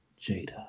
Jada